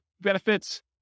benefits